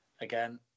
Again